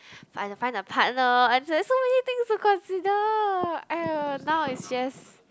I have to find a partner and there's so many things to consider !aiyo! now is just